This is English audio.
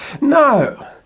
No